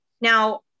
Now